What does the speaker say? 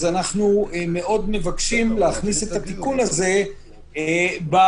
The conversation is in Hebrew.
אנחנו מאוד מבקשים להכניס את התיקון הזה בחוק,